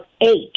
eight